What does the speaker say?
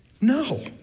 No